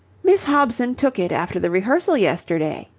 miss hobson took it after the rehearsal yesterday,